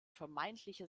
vermeintliche